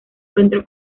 centro